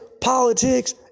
politics